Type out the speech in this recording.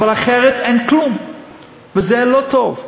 אבל אחרת אין כלום וזה לא טוב.